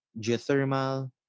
geothermal